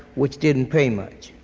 which didn't pay much.